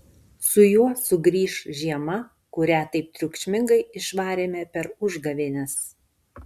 su juo sugrįš žiema kurią taip triukšmingai išvarėme per užgavėnes